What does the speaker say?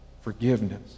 forgiveness